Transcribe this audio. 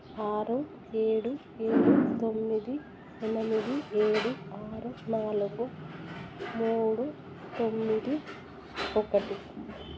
ఆరు ఏడు ఏడు తొమ్మిది ఎనిమిది ఏడు ఆరు నాలుగు మూడు తొమ్మిది ఒకటి